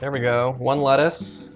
and we go. one lettuce.